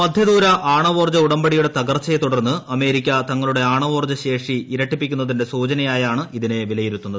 മധ്യദൂര ആണവോർജ്ജ ഉടമ്പടിയുടെ തകർച്ചയെ തുടർന്ന് അമേരിക്ക തങ്ങളുടെ ആണവോർജ്ജ ശേഷി ഇരട്ടിപ്പിക്കുന്നതിന്റെ സൂചനയായാണ് ഇതിനെ വിലയിരുത്തുന്നത്